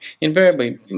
invariably